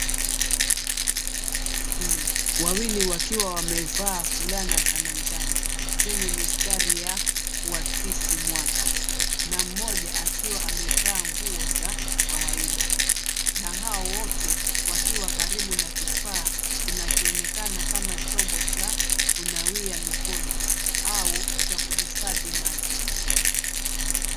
Watu wanne, wawili wakiwa wamevaa fulana za manjano zenye mistari ya kuakisi mwaka na mmoja akiwa amevaa nguo za kawaida na hao wote wakiwa karibu na kifaa kinachoonekana kama chombo cha kunawia mikono au cha kuhifadhi maji.